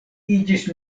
iĝis